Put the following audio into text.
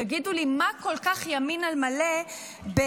תגידו לי מה כל כך ימין על מלא בלהפסיק